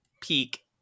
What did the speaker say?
peak